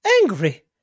angry